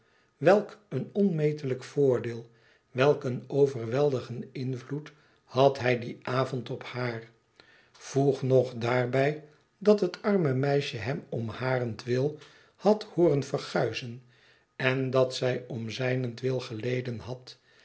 welk een onmetelijk voordeel welk een overweldigenden invloed haa hij dien avond op haar voeg nog daarbij dat het arme meisje hem om harentwil had hooren verguizen en dat zij om zijnentwil geleden had